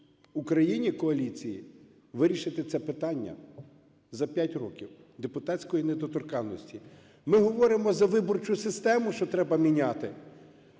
Україні", коаліції, вирішити це питання за 5 років депутатської недоторканності? Ми говоримо за виборчу систему, що треба міняти.